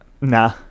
Nah